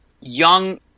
young